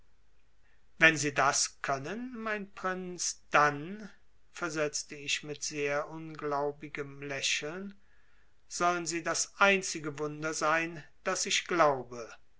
wenn sie das können mein prinz dann versetzte ich mit sehr unglaubigem lächeln sollen sie das einzige wunder sein das ich glaube